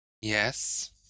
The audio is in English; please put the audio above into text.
Yes